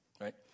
right